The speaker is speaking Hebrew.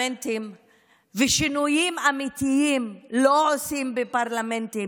בפרלמנטים ושינויים אמיתיים לא עושים בפרלמנטים.